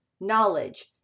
knowledge